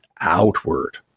outward